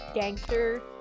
gangster